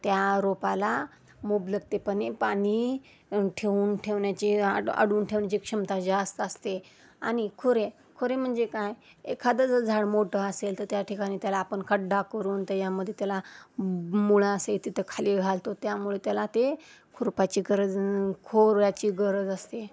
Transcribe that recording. त्या रोपाला मुबलकतेपने पाणी ठेवून ठेवण्याची आड अडवून ठेवण्याची क्षमता जास्त असते आणि खोरे खोरे म्हणजे काय एखादं जर झाड मोठं असेल तर त्या ठिकाणी त्याला आपण खड्डा करून त्याच्यामध्ये त्याला मुळं असेही तिथं खाली घालतो त्यामुळे त्याला ते खुरप्याची गरज खोऱ्याची गरज असते